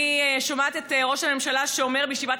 אני שומעת את ראש הממשלה שאומר בישיבת